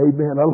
Amen